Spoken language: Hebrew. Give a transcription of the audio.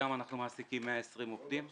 נכון להיום אנחנו מעסיקים 120 עובדים.